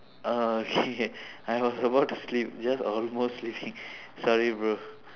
uh okay I was about to sleep just almost sleeping sorry bro